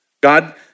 God